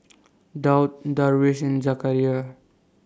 Daud Darwish and Zakaria